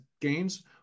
gains